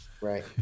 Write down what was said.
Right